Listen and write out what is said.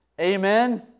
Amen